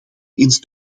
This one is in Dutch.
eens